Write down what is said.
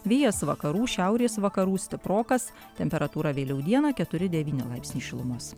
vėjas vakarų šiaurės vakarų stiprokas temperatūra vėliau dieną keturi devyni laipsniai šilumos